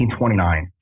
1929